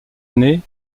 aînée